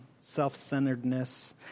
self-centeredness